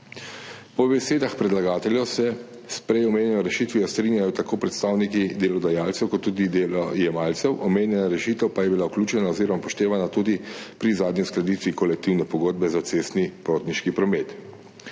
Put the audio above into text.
Po besedah predlagateljev se s prej omenjeno rešitvijo strinjajo tako predstavniki delodajalcev kot tudi delojemalcev, omenjena rešitev pa je bila vključena oziroma upoštevana tudi pri zadnji uskladitvi kolektivne pogodbe za cestni potniški promet.